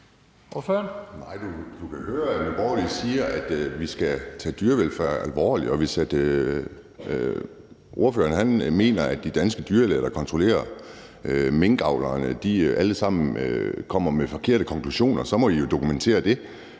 siger, at vi skal tage dyrevelfærd alvorligt, og hvis ordføreren mener, at de danske dyrlæger, der kontrollerer minkavlerne, alle sammen kommer med forkerte konklusioner, så må I jo dokumentere det.